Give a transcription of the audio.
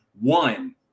One